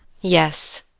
Yes